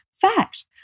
fact